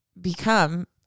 become